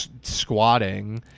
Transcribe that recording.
squatting